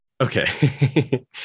Okay